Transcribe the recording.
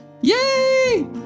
Yay